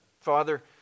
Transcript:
Father